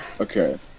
okay